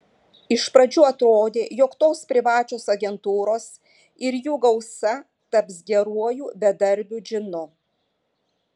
iš pradžių atrodė jog tos privačios agentūros ir jų gausa taps geruoju bedarbių džinu